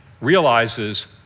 realizes